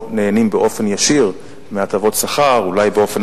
בא סגן שר הביטחון אפרים סנה מפני שהיה מאבק,